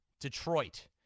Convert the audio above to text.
Detroit